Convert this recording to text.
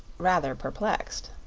rather perplexed.